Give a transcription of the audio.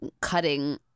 cutting